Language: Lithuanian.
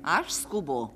aš skubu